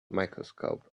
microscope